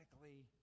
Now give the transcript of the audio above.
radically